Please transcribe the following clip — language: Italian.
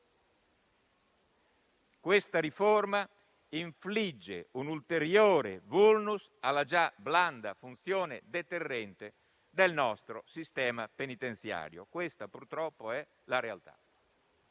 Questa riforma infligge un ulteriore *vulnus* alla già blanda funzione deterrente del nostro sistema penitenziario. Questa, purtroppo, è la realtà.